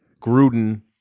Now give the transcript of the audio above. Gruden